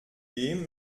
dem